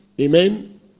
Amen